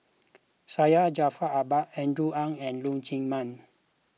Syed Jaafar Albar Andrew Ang and Leong Chee Mun